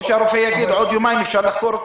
או שהרופא יגיד: עוד יומיים אפשר לחקור אותו.